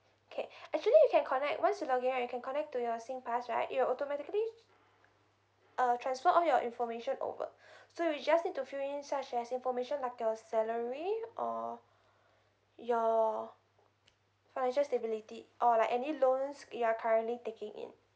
K actually you can connect once you login right you can connect to your singpass right it will automatically uh transfer all your information over so you just need to fill in such as information like your salary or your financial stability or like any loans you are currently taking in